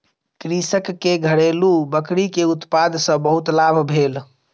कृषक के घरेलु बकरी के उत्पाद सॅ बहुत लाभ भेल